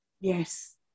Yes